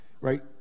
right